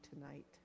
tonight